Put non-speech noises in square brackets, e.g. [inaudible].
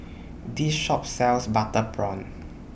[noise] This Shop sells Butter Prawn